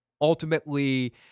ultimately